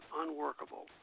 unworkable